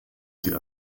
sie